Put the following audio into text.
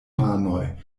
manoj